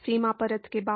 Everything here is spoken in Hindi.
सीमा परत के बाहर